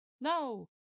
No